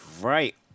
right